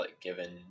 given